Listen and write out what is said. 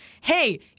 hey